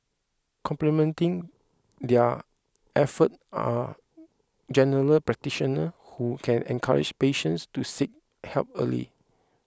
complementing their effort are general practitioner who can encourage patients to seek help early